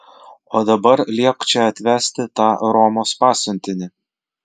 o dabar liepk čia atvesti tą romos pasiuntinį